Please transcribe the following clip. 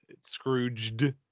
Scrooged